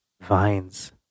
vines